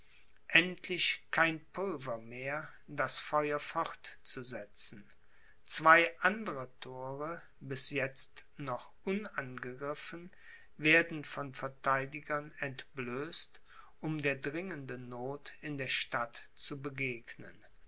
endlich kein pulver mehr das feuer fortzusetzen zwei andere thore bis jetzt noch unangegriffen werden von verteidigern entblößt um der dringenden noth in der stadt zu begegnen